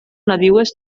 nadiues